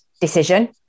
decision